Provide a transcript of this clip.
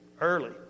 early